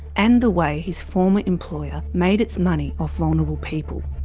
and the way his former employer made its money off vulnerable people.